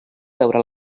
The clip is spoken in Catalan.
veure